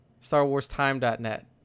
StarWarsTime.net